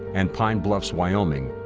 and pine bluffs, wyoming,